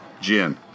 gin